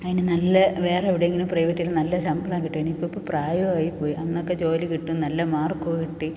അതിന് നല്ല വേറെ എവിടെ എങ്കിലും പ്രൈവറ്റിൽ നല്ല ശമ്പളം കിട്ടുവാൻന് ഇപ്പം ഇപ്പം പ്രായമായി പോയി അന്നൊക്കെ ജോലി കിട്ടും നല്ല മാർക്ക് കിട്ടി